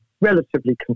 relatively